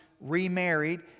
remarried